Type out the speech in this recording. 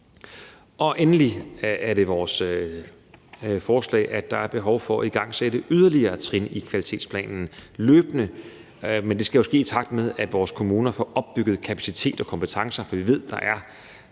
Endelig er det vores forslag, at der er behov for at igangsætte yderligere trin i kvalitetsplanen løbende, men det skal jo ske, i takt med at vores kommuner får opbygget kapacitet og kompetencer, for vi ved, at der